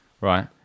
right